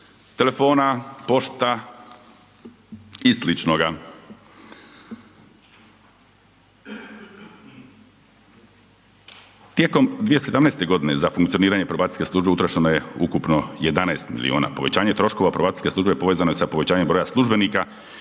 telefona, pošta i sličnoga. Tijekom 2017. godine za funkcioniranje probacijske službe utrošeno je ukupno 11 miliona. Povećanje troškova probacijske službe povećano je sa povećanjem broja službenika i